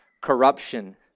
corruption